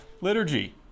liturgy